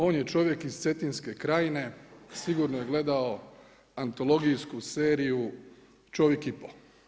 On je čovjek iz Cetinske krajine, sigurno je gledao antologijsku seriju „Čovjek i po“